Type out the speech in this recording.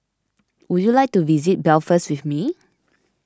would you like to visit Belfast with me